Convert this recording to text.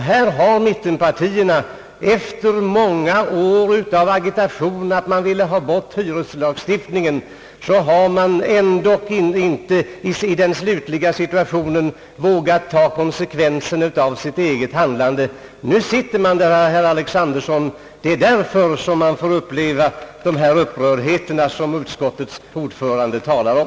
Här har mittenpartierna under många år av agitation sagt att de vill ha bort hyreslagstiftningen, men de har ändå inte i den slutliga situationen vågat ta konsekvenserna av sitt eget handlande. Nu sitter man där, herr Alexanderson! Och det är därför som vi får uppleva den upprördhet som utskottets ordförande här talar om.